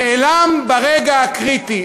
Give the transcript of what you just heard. נעלם ברגע הקריטי.